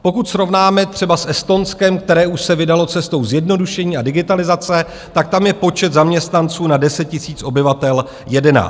Pokud srovnáme třeba s Estonskem, které už se vydalo cestou zjednodušení a digitalizace, tak tam je počet zaměstnanců na 10 000 obyvatel 11.